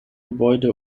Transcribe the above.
gebäude